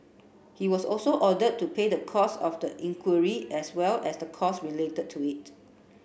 he was also ordered to pay the costs of the inquiry as well as the costs related to it